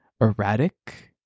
erratic